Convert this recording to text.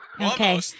Okay